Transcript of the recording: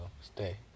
Stay